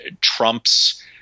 Trump's